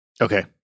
Okay